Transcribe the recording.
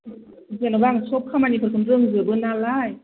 जेन'बा आं सब खामानिफोरखौनो रोंजोबो नालाय